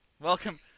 Welcome